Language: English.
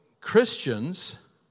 Christians